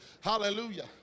Hallelujah